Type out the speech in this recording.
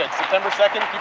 september second,